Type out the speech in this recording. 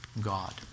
God